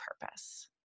purpose